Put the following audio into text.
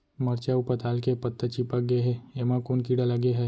मरचा अऊ पताल के पत्ता चिपक गे हे, एमा कोन कीड़ा लगे है?